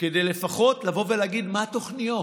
כדי לפחות לבוא ולהגיד מה התוכניות,